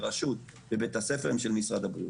ברשות ובבית הספר הם של משרד הבריאות.